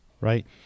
right